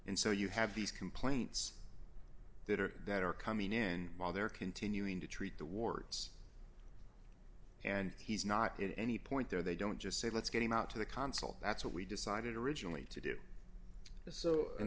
and so you have these complaints that are that are coming in and while they're continuing to treat the wards and he's not in any point there they don't just say let's get him out to the consul that's what we decided originally to do the so and